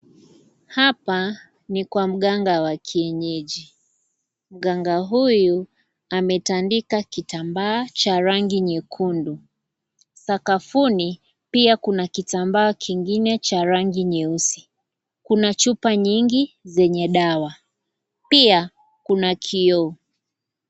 Hapa ni kwa mganga wa kienyeji, mganga huyu ametandika kitambaa cha rangi nyekundu, sakafuni pia kuna kitambaa kingine cha rangi nyeusi kuna chupa nyingi zenye dawa pia kuna kioo.